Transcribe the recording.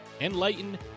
enlighten